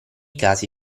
casi